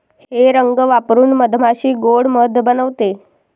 हे रंग वापरून मधमाशी गोड़ मध बनवते